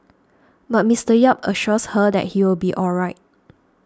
but Mister Yap assures her that he will be all right